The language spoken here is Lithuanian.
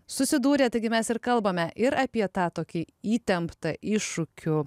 susidūrė taigi mes ir kalbame ir apie tą tokį įtemptą iššūkių